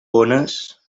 bones